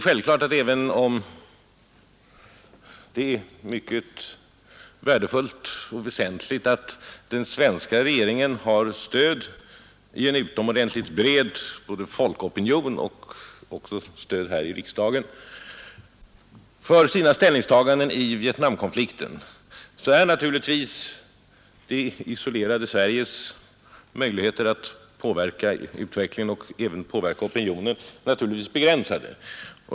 Även om det är mycket värdefullt och väsentligt att den svenska regeringen har stöd i en utomordentligt bred opinion både ute bland folket och här i riksdagen för sina ställningstaganden i Vietnamkonflikten, är naturligtvis det isolerade Sveriges möjligheter att internationellt påverka utvecklingen och opinionen begränsade.